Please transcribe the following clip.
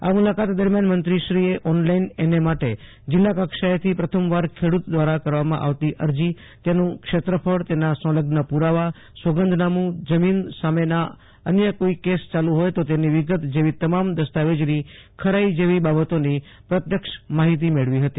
આ મુલાકાત દરમિયાન મંત્રીશ્રીએ ઓનલાઈન એનએ માટે જિલ્લા કક્ષાએથી પ્રથમ વાર ખેડુત દ્રારા કરવામાં આવતી અરજી તેનું ક્ષેત્રફળ તેના સંલઝ્ન પુ રાવા સોગંદનામુજમીન સામેના અન્ય કોઈ કેસ ચાલુ હોય તો તેની વિગત જેવી તમામ દસ્તાવેજની ખરાઈ જેવી બાબતોની પ્રત્યક્ષ માહિતી મેળવી હતી